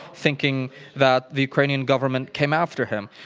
thinking that the ukrainian government came after him.